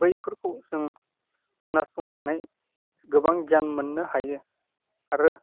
बैफोरखौ जों खोनासंनानै गोबां गियान मोननो हायो आरो